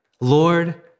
Lord